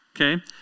Okay